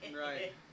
Right